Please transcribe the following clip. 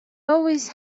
always